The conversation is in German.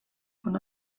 von